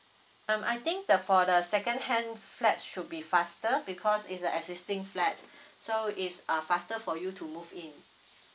um I think the for the secondhand flat should be faster because it's a existing flat so it's uh faster for you to move in